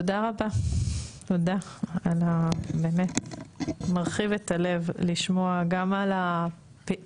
תודה רבה באמת מרחיב את הלב לשמוע גם על הפעילות,